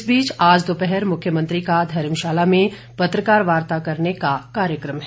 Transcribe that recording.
इस बीच आज दोपहर मुख्यमंत्री का धर्मशाला में पत्रकार वार्ता करने का कार्यक्रम है